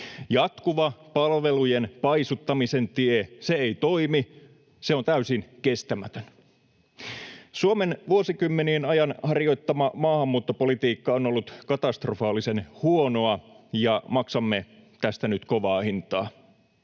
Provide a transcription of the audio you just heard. Jatkuva palvelujen paisuttamisen tie ei toimi, se on täysin kestämätön. Suomen vuosikymmenien ajan harjoittama maahanmuuttopolitiikka on ollut katastrofaalisen huonoa, ja maksamme tästä nyt kovaa hintaa.